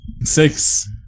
Six